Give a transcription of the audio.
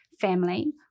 family